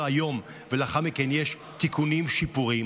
היום ולאחר מכן יש תיקונים ושיפורים,